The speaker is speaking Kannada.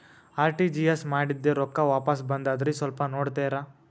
ಆರ್.ಟಿ.ಜಿ.ಎಸ್ ಮಾಡಿದ್ದೆ ರೊಕ್ಕ ವಾಪಸ್ ಬಂದದ್ರಿ ಸ್ವಲ್ಪ ನೋಡ್ತೇರ?